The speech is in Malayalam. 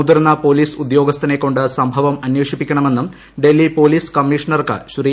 മുതിർന്ന പൊലീസ് ഉദ്യോഗസ്ഥനെക്കൊണ്ട് സംഭവം അന്വേഷിപ്പിക്കണമെന്നും ഡൽഹി പൊലീസ് കമ്മീഷർക്ക് ശ്രീ